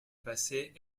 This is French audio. passé